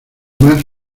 más